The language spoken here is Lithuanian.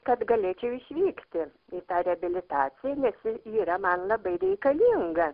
kad galėčiau išvykti į tą reabilitaciją nes ji yra man labai reikalinga